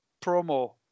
promo